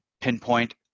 pinpoint